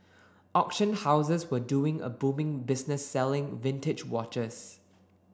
auction houses were doing a booming business selling vintage watches